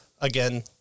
again